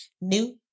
New